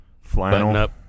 flannel